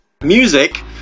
music